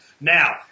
Now